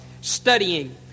studying